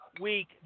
week